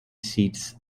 seats